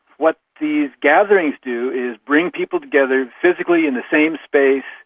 what these gatherings do is bring people together physically in the same space,